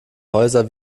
häuser